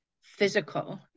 physical